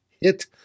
hit